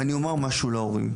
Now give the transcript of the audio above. ואני אומר משהו להורים.